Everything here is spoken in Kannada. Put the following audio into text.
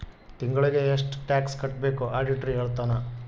ತಿಂಗಳಿಗೆ ಎಷ್ಟ್ ಟ್ಯಾಕ್ಸ್ ಕಟ್ಬೇಕು ಆಡಿಟರ್ ಹೇಳ್ತನ